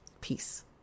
peace